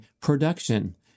production